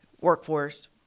workforce